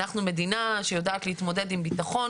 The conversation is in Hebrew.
אנחנו מדינה שיודעת להתמודד עם ביטחון.